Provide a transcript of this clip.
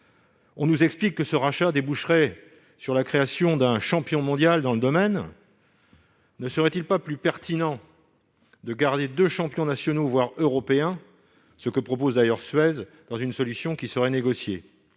nous expliquent que ce rachat déboucherait sur la création d'un « champion mondial » dans le domaine. Ne serait-il pas plus pertinent de garder deux champions nationaux, voire européens, comme le propose Suez, dans une solution qui serait négociée ?